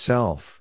Self